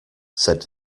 said